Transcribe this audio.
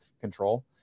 control